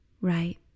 right